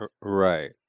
Right